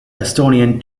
estonian